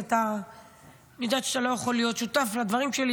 אז אני יודעת שאתה לא יכול להיות שותף לדברים שלי,